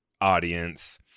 audience